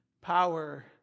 power